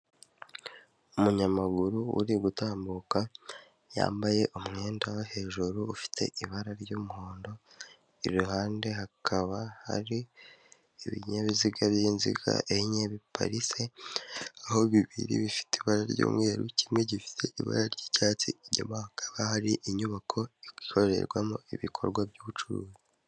Umunyamaguru uri gutambuka yambaye umwenda wo hejuru ufite ibara ry'umuhondo iruhande hakaba hari ibinyabiziga by'inziga enye biparitse aho bibiri bifite ibara ry'umweru kimwe gifite ibara ry'icyatsi inyuma hakaba hari inyubako ikorerwamo ibikorwa by'ubucuruzi.